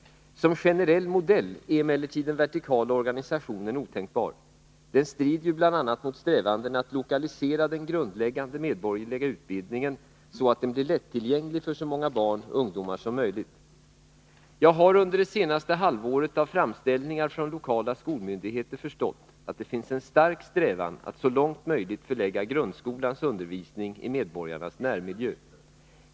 Som generell modell är emellertid den vertikala organisationen otänkbar — den strider ju bl.a. mot strävandena att lokalisera den grundläggande medborgerliga utbildningen så att den blir lättillgänglig för så många barn och ungdomar som möjligt. Jag har under det senaste halvåret av framställningar från lokala skolmyndigheter förstått att det finns en stark strävan att så långt möjligt förlägga grundskolans undervisning i medborgarnas närmiljö.